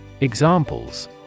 Examples